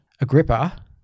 Agrippa